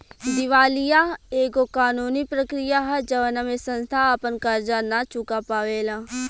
दिवालीया एगो कानूनी प्रक्रिया ह जवना में संस्था आपन कर्जा ना चूका पावेला